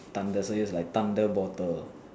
thunder so use like thunder bottle